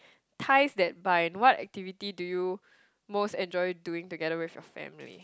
ties that bind what activity do you most enjoy doing together with your family